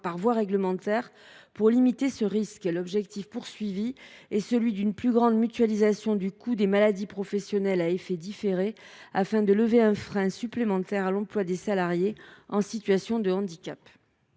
par voie réglementaire pour limiter ce risque. Nous visons ainsi une plus grande mutualisation du coût des maladies professionnelles à effet différé, afin de lever un frein supplémentaire à l’emploi des salariés en situation de handicap.